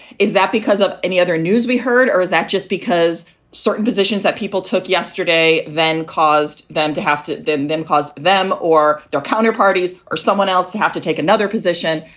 is that because of any other news we heard or is that just because certain positions that people took yesterday then caused them to have to then then caused them or their counterparties or someone else to have to take another position?